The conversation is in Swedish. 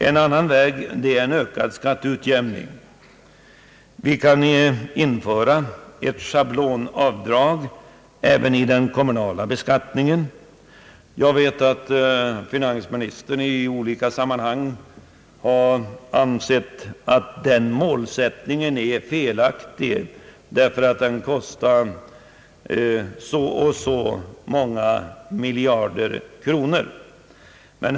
En annan väg är ökad skatteutjämning. Vi kan införa ett schablonavdrag även i den kommunala beskattningen. Jag vet att finansministern i olika sammanhang har framhållit, att den målsätt ningen är felaktig därför att den kostar så och så många miljarder kronor.